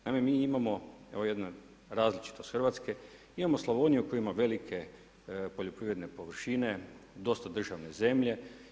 Naime, mi imamo jedna različitost Hrvatske, imamo Slavoniju koja ima velike poljoprivredne površine, dosta državne zemlje.